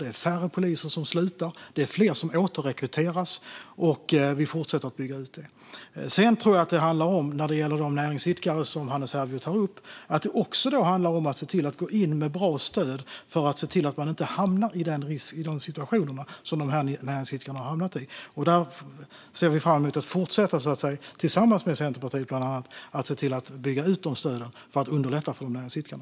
Det är också färre poliser som slutar, och det är fler som återrekryteras. Och regeringen fortsätter att bygga ut det. När det gäller de näringsidkare som Hannes Hervieu tar upp tror jag att det även handlar om att gå in med bra stöd för att se till att man inte hamnar i den situation som de har hamnat i. För att underlätta för näringsidkarna ser vi fram emot att se till att, tillsammans med bland annat Centerpartiet, fortsätta att bygga ut de stöden.